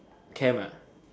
camp